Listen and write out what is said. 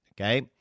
okay